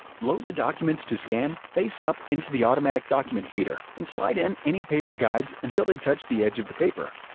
load the documents to scan face up into the automatic document feeder and slide in any paper guides until they touch the edge of the paper.